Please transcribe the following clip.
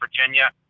Virginia